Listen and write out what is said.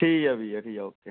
ठीक ऐ भैया ठीक ओके